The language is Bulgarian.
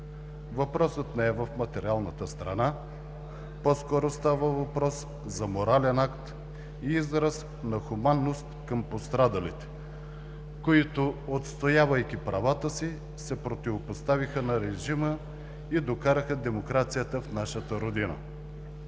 Въпросът не е в материалната страна, по-скоро става въпрос за морален акт и израз на хуманност към пострадалите, които, отстоявайки правата си, се противопоставиха на режима и докараха демокрацията в нашата родина.